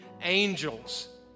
angels